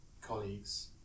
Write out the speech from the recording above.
colleagues